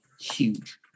huge